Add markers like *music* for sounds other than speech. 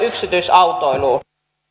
*unintelligible* yksityisautoiluun